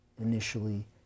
initially